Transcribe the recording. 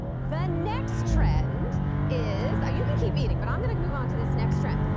the next trend is, oh you can keep eating, but i'm gonna move on to this next trend.